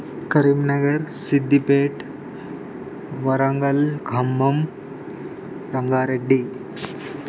Karimnagar Siddipet Warangal Khammam Rangareddy